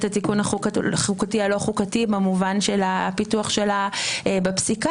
התיקון החוקתי הלא חוקתי במובן של הפיתוח בפסיקה,